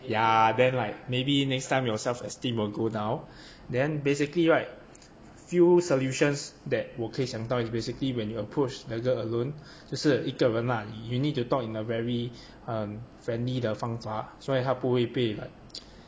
ya then like maybe next time your self esteem will go down then basically right few solutions that 我可以想到 is basically when you approach the girl alone 就是一个人啦 with you need to talk in a very 很 friendly 的方法所以她不会被 like